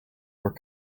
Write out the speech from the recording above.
were